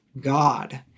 God